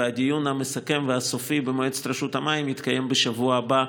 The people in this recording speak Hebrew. והדיון המסכם והסופי במועצת רשות המים יתקיים בשבוע הבא,